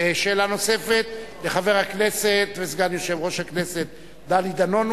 שאלה נוספת לחבר הכנסת וסגן יושב-ראש הכנסת דני דנון,